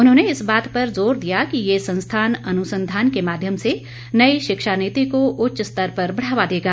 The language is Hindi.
उन्होंने इस बात पर जोर दिया कि ये संस्थान अनुसंधान के माध्यम से नई शिक्षा नीति को उच्च स्तर पर बढ़ावा देगा